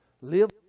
Live